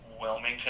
Wilmington